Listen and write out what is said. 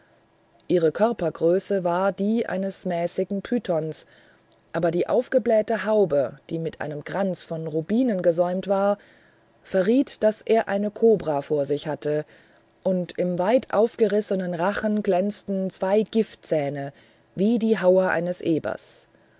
ihre körpergröße war die eines mäßigen pythons aber die aufgeblähte haube die mit einem kranz von rubinen gesäumt war verriet daß er eine kobra vor sich hatte und im weit aufgerissenen rachen glänzten zwei giftzähne wie die hauer eines ebers